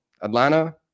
Atlanta